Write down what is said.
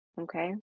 okay